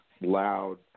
loud